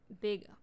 big